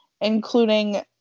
including